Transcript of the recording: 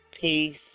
Peace